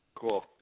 Cool